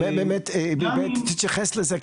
באמת תתייחס לזה,